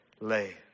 lay